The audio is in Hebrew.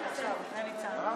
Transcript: חבר הכנסת רון